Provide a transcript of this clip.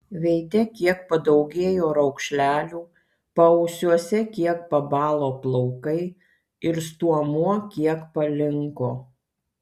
veide kiek padaugėjo raukšlelių paausiuose kiek pabalo plaukai ir stuomuo kiek palinko